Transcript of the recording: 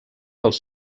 pels